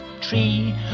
tree